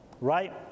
right